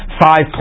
five